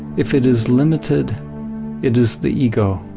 if it is limited it is the ego,